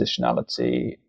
positionality